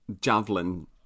javelin